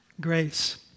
grace